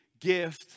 gift